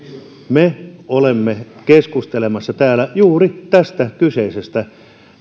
me olemme keskustelemassa täällä juuri tästä kyseisestä